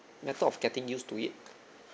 matter of getting used to it